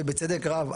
ובצדק רב,